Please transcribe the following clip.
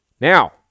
Now